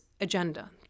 agenda